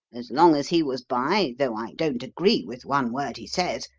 as long as he was by, though i don't agree with one word he says,